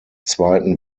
zweiten